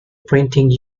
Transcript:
printing